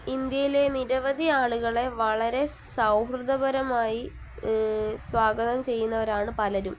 ഇന്ത്യയിലെ നിരവധി ആളുകളെ വളരെ സൗഹൃദപരമായി സ്വാഗതം ചെയ്യുന്നവരാണ് പലരും